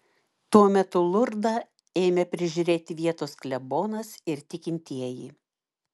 tuo metu lurdą ėmė prižiūrėti vietos klebonas ir tikintieji